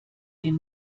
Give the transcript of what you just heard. den